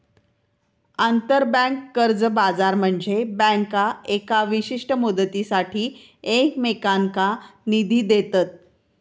आंतरबँक कर्ज बाजार म्हनजे बँका येका विशिष्ट मुदतीसाठी एकमेकांनका निधी देतत